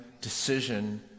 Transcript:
decision